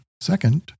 Second